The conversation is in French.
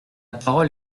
parole